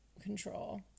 control